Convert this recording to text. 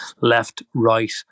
left-right